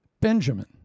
Benjamin